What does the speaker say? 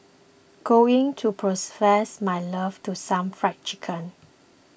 going to my love to some Fried Chicken